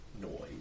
noise